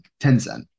Tencent